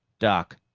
doc,